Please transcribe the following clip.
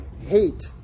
hate